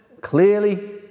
clearly